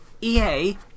EA